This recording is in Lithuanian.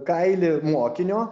kailį mokinio